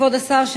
כבוד השר,